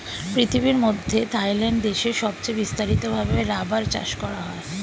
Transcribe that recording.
পৃথিবীর মধ্যে থাইল্যান্ড দেশে সবচে বিস্তারিত ভাবে রাবার চাষ করা হয়